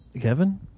Kevin